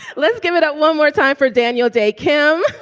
let's give it up one more time for daniel day, kim.